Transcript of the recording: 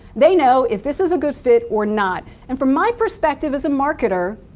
they know if this is a good fit or not, and from my perspective as a marketer,